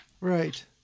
right